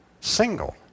single